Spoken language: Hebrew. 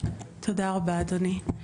תודה רבה אדוני.